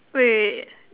wait